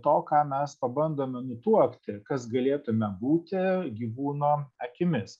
to ką mes pabandome nutuokti kas galėtume būti gyvūno akimis